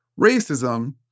racism